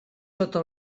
sota